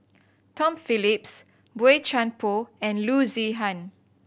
Tom Phillips Boey Chuan Poh and Loo Zihan